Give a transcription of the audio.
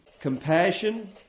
compassion